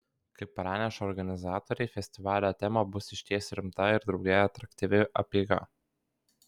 kaip praneša organizatoriai festivalio tema bus išties rimta ir drauge atraktyvi apeiga